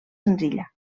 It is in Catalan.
senzilla